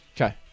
Okay